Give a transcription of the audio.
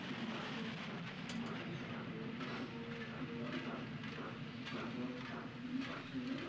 তো সেই সবগুলো পশুগুলো এরকম দূরে একটা যখন রোগ হয় তখন সেগুলো